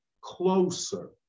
closer